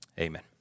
Amen